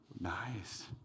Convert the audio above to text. Nice